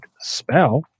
spell